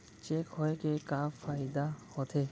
Cheque होए के का फाइदा होथे?